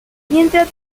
mientras